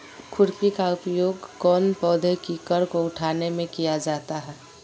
खुरपी का उपयोग कौन पौधे की कर को उठाने में किया जाता है?